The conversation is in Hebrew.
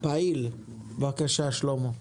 עכשיו נגיד,